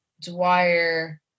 Dwyer